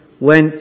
went